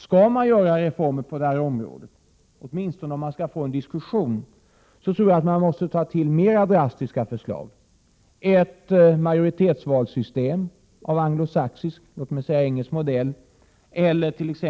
Skall man göra reformer på det här området, åtminstone om man skall få en diskussion, tror jag att man måste ta till mera drastiska förslag, ett majoritetsvalssystem av anglosaxisk, låt mig säga engelsk, modell eller t.ex.